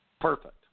Perfect